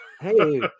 Hey